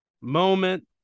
moment